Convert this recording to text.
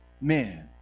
men